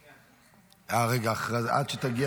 מסמכים שהונחו על שולחן הכנסת עד שתגיע,